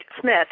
smith